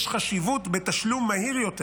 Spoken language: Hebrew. יש חשיבות בתשלום מהיר יותר,